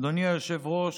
אדוני היושב-ראש,